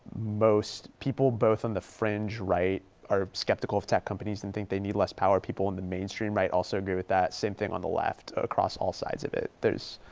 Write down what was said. most people both on the fringe right are skeptical of tech companies and think theyneed less power. people in the mainstream right also agree with that. that. same thing on the left, across all sides of it. there's,